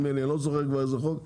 לא זוכר כבר איזה חוק,